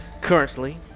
currently